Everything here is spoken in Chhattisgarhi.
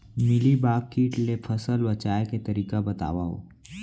मिलीबाग किट ले फसल बचाए के तरीका बतावव?